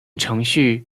程序